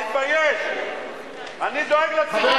אני יודע, וזה חשוב.